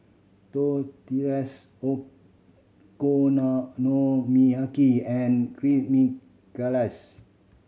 Tortillas Okonomiyaki and Chimichangas